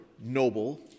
noble